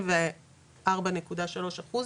כ-84.3 אחוז,